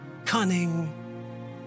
Cunning